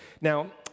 Now